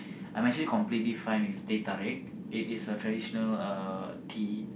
I'm actually completely fine with teh tarik it is a traditional uh tea